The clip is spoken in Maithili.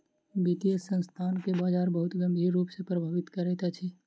वित्तीय संस्थान के बजार बहुत गंभीर रूप सॅ प्रभावित करैत अछि